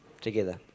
together